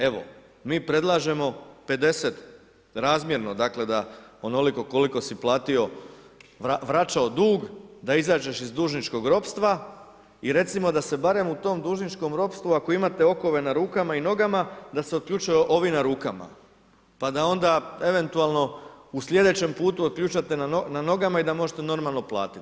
Evo, mi predlažemo 50 razmjerno, dakle da onoliko koliko si platio vraćao dug, da izađeš iz dužničkog ropstva i recimo da se barem u tom dužničkom ropstvu, ako imate okove na rukama i nogama, da se otključaju ovi na rukama, pa da onda eventualno u slijedećem putu otključate na nogama i da možete normalno platiti.